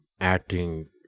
acting